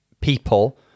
people